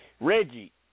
Reggie